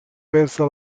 persa